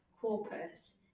corpus